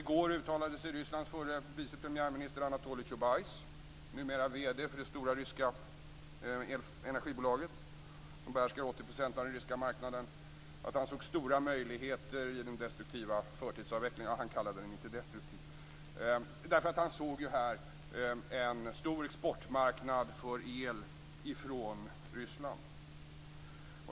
I går uttalade Rysslands förre vice premiärminister Anatolij Tjubajs, numera vd för det stora ryska energibolaget som behärskar 80 % av den ryska marknaden, att han såg stora möjligheter i den destruktiva förtidsavvecklingen - ja, han kallade den inte destruktiv. Han såg nämligen här en stor exportmarknad för el från Ryssland.